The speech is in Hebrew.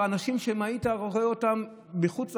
על מי שניהלת איתם משא ומתן עד לא מזמן לא עולה בקנה אחד,